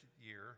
year